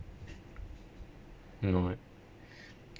no right